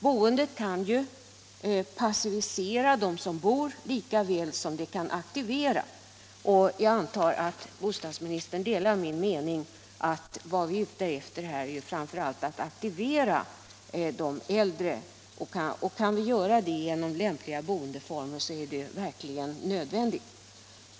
Boendet kan passivisera den som bor lika väl som det kan aktivera. Jag antar att bostadsministern delar min mening att vad vi på detta område är ute efter är framför allt att aktivera de äldre. Kan vi göra det genom lämpliga boendeformer är det verkligen angeläget.